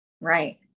Right